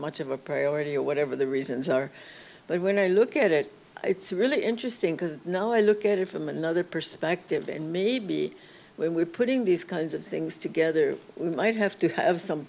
much of a priority or whatever the reasons are but when i look at it it's really interesting because now i look at it from another perspective when we're putting these kinds of things together we might have to have some